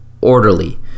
orderly